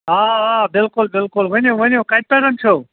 آ آ بِلکُل بِلکُل ؤنِو ؤنِو کَتہِ پٮ۪ٹھ چھُو